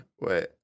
Wait